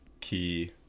key